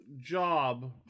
job